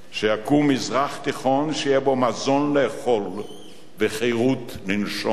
שיקום מזרח תיכון שיהיה בו מזון לאכול וחירות לנשום.